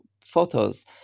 photos